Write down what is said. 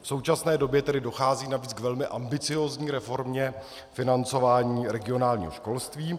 V současné době tedy dochází navíc k velmi ambiciózní reformě financování regionálního školství.